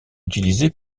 utilisé